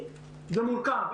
זה מורכב.